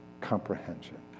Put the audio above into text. comprehension